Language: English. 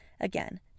Again